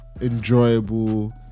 enjoyable